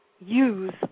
use